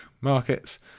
markets